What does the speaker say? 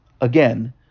again